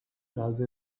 razy